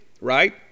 right